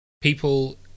people